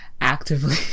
actively